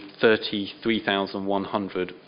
33,100